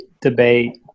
debate